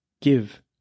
Give